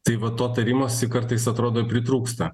tai vat to tarimosi kartais atrodo pritrūksta